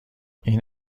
این